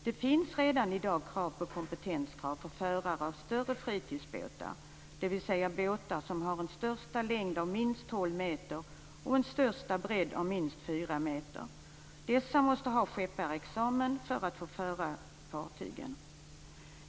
Det finns redan i dag kompetenskrav för förare av större fritidsbåtar, dvs. båtar som har en största längd av minst tolv meter och en största bredd av minst fyra meter. Dessa förare måste ha skepparexamen för att få föra fartygen.